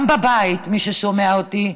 גם בבית, מי ששומע אותי: